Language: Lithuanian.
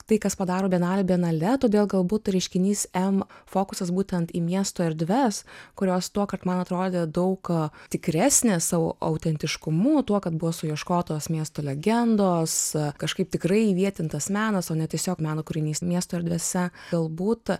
tai kas padaro bienalę bienale todėl galbūt reiškinys m fokusas būtent į miesto erdves kurios tuokart man atrodė daug tikresnės savo autentiškumu tuo kad buvo suieškotas miesto legendos kažkaip tikrai įvietintas menas o ne tiesiog meno kūrinys miesto erdvėse galbūt